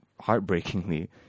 heartbreakingly